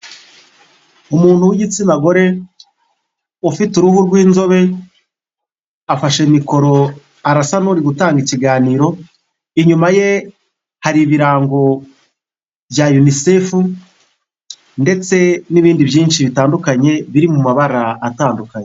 Umuntu w'igitsina gore ufite uruhu rw'inzobe, afashe mikoro arasa n'uri gutanga ikiganiro. Inyuma ye hari ibirango bya UNICEF ndetse n'ibindi byinshi bitandukanye biri mu mabara atandukanye.